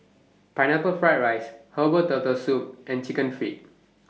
Pineapple Fried Rice Herbal Turtle Soup and Chicken Feet